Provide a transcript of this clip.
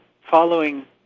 following